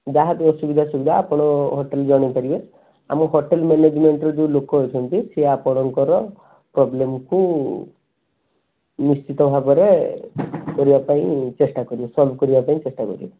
ଯାହାବି ଅସୁବିଧା ସୁବିଧା ଆପଣ ହୋଟେଲ୍ ଜଣେଇ ପାରିବେ ଆମର ହୋଟେଲ୍ ମ୍ୟାନେଜମେଣ୍ଟର ଯେଉଁ ଲୋକ ଅଛନ୍ତି ସିଏ ଆପଣଙ୍କର ପ୍ରୋବ୍ଲେମ୍କୁ ନିଶ୍ଚିତ ଭାବରେ କରିବା ପାଇଁ ଚେଷ୍ଟା କରିବେ ସଲ୍ଭ କରିବା ପାଇଁ ଚେଷ୍ଟା କରିବେ